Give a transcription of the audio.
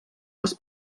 les